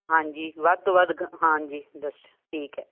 ਹਾਂਜੀ ਵੱਧ ਤੋਂ ਵੱਧ ਗ ਹਾਂਜੀ ਦੱਸੋ ਠੀਕ ਐ